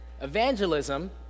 evangelism